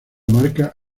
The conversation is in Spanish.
marca